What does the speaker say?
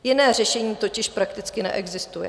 Jiné řešení totiž prakticky neexistuje.